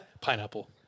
Pineapple